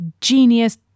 genius